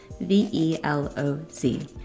V-E-L-O-Z